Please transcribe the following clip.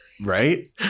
Right